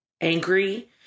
angry